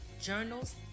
journals